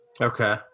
Okay